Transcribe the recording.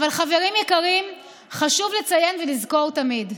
אבל, חברים יקרים, חשוב לציין ולזכור תמיד: